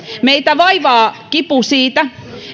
meitä vaivaa kipu siitä